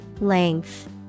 Length